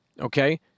Okay